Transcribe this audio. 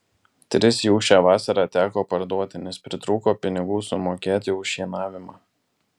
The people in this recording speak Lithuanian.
tris jų šią vasarą teko parduoti nes pritrūko pinigų sumokėti už šienavimą